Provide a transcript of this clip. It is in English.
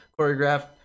choreographed